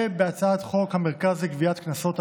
ובהצעת חוק המרכז לגביית קנסות,